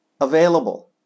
available